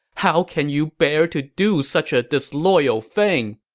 how can you bear to do such a disloyal thing?